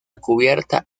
cubierta